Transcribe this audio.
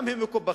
גם הם מקופחים.